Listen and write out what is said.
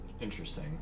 Interesting